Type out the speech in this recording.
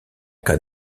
cas